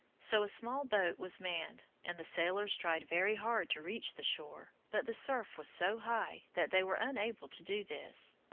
so a small boat was manned, and the sailors tried very hard to reach the shore, but the surf was so high that they were unable to do this.